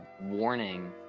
warning